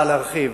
להרחיב.